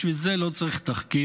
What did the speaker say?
בשביל זה לא צריך תחקיר,